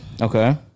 Okay